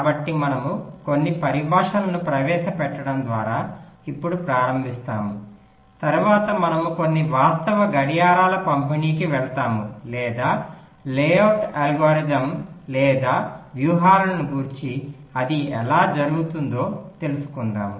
కాబట్టి మనము కొన్ని పరిభాషలను ప్రవేశపెట్టడం ద్వారా ఇప్పుడు ప్రారంభిస్తాము తరువాత మనము కొన్ని వాస్తవ గడియారాల పంపిణీకి వెళ్తాము లేదా లేఅవుట్ అల్గోరిథం లేదా వ్యూహాలను గూర్చి అది ఎలా జరుగుతుందో తెలుసుకుందాము